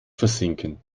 versinken